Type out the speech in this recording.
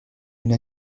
une